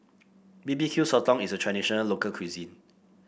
B B Q Sotong is a traditional local cuisine